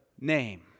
name